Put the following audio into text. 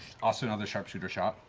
also another sharpshooter shot.